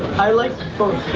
i like both.